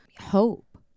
hope